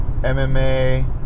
MMA